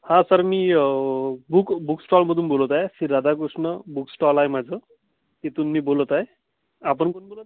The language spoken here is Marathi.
हां सर मी बुक बुक स्टॉलमधून बोलत आहे श्री राधाकृष्ण बुकस्टॉल आहे माझं तिथून मी बोलत आहे आपण कोण बोलता